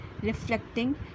reflecting